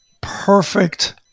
perfect